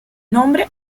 nombre